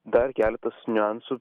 dar keletas niuansų